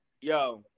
yo